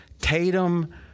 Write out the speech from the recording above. Tatum